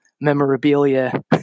memorabilia